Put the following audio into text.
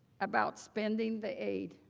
about spending the aid.